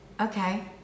Okay